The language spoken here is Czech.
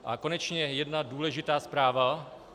A konečně jedna důležitá zpráva.